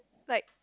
like